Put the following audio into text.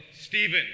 Stephen